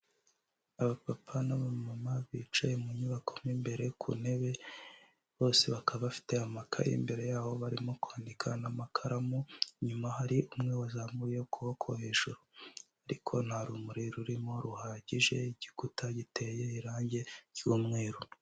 Abapapa n'abamama bicaye mu nyubako mo imbere ku ntebe, bose bakaba bafite amakaye imbere yabo barimo kwandika n'amakaramu, inyuma hari umwe wazamuye ukuboko hejuru ariko nta rumuri rurimo ruhagije, igikuta giteye irangi ry'umweru.